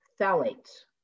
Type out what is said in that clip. phthalates